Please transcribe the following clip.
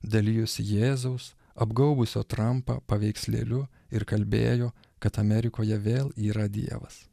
dalijosi jėzaus apgaubusio trampą paveikslėliu ir kalbėjo kad amerikoje vėl yra dievas